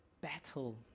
battle